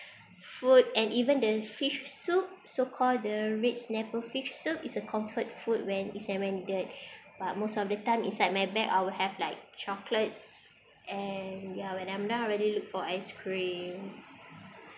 food and even the fish soup so call the red snapper fish soup is a comfort food when is and when you get but most of the time inside my bag I will have like chocolates and ya when I'm down I really look for ice cream